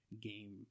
game